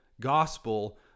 gospel